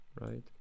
right